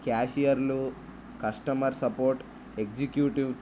క్యాషియర్లు customer support executive